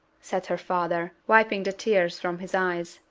said her father, wiping the tears from his eyes,